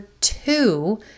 two